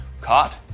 caught